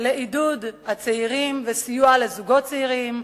לעידוד הצעירים וסיוע לזוגות צעירים,